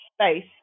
space